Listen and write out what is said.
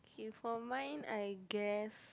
okay for mine I guess